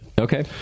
Okay